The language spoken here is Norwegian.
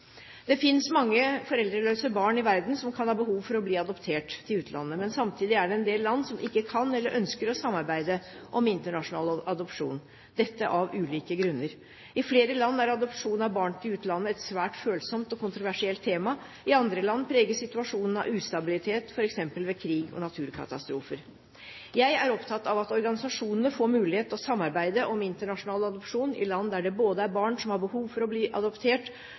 Det finnes mange foreldreløse barn i verden som kan ha behov for å bli adoptert til utlandet. Men samtidig er det en del land som ikke kan eller ønsker å samarbeide om internasjonal adopsjon, av ulike grunner. I flere land er adopsjon av barn til utlandet et svært følsomt og kontroversielt tema. I andre land preges situasjonen av ustabilitet, f.eks. ved krig og naturkatastrofer. Jeg er opptatt av at organisasjonene får mulighet til å samarbeide om internasjonal adopsjon i land der det både er barn som har behov for å bli adoptert